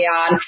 on